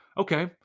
okay